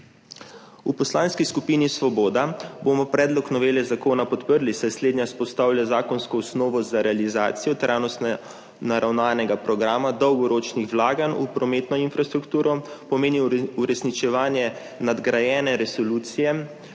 V Poslanski skupini Svoboda bomo predlog novele zakona podprli, saj slednja vzpostavlja zakonsko osnovo za realizacijo trajnostno naravnanega programa dolgoročnih vlaganj v prometno infrastrukturo, pomeni uresničevanje nadgrajene Resolucije